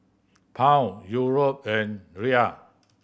Pound Euro and Riel